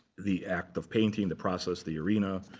the act of painting, the process, the arena.